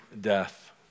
death